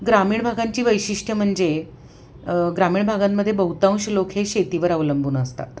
ग्रामीण भागांची वैशिष्ट्य म्हणजे ग्रामीण भागांमध्ये बहुतांश लोक हे शेतीवर अवलंबून असतात